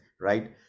right